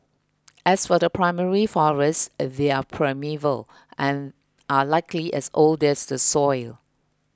as for the primary forest they're primeval and are likely as old as the soil